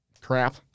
crap